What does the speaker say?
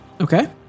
Okay